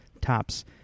tops